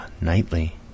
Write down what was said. nightly